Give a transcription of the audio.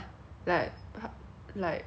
she likes cooking 苹果汤